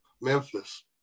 Memphis